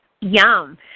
Yum